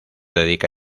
dedica